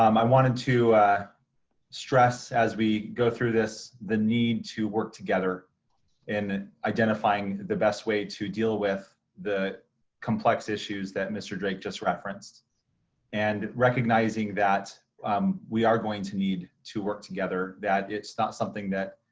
um i wanted to stress as we go through this, the need to work together in identifying the best way to deal with the complex issues that mr. drake just referenced and recognizing that um we are going to need to work together. that it's not something that